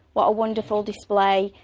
what a wonderful display!